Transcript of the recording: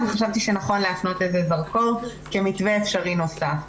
וחשבתי שנכון להפנות לזה זרקור כמתווה אפשרי נוסף.